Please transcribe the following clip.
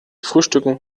frühstücken